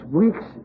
weeks